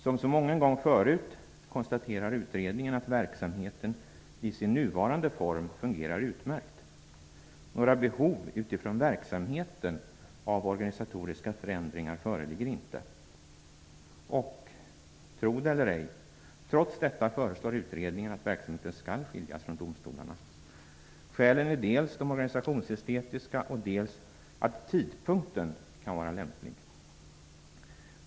Som så mången gång förut konstaterar utredningen att verksamheten i sin nuvarande form fungerar utmärkt. Några behov utifrån verksamheten av organisatoriska förändringar föreligger inte. Och, tro det eller ej, trots detta föreslår utredningen att verksamheten skall skiljas från domstolarna. Skälen är dels de organisationsestetiska, dels att tidpunkten kan vara lämplig.